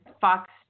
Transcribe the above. Fox